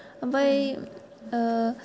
ओमफ्राय